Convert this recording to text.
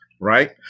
right